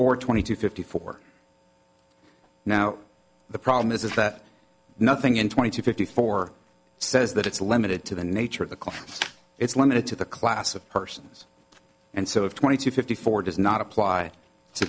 or twenty two fifty four now the problem is that nothing in twenty to fifty four says that it's limited to the nature of the court it's limited to the class of persons and so if twenty to fifty four does not apply to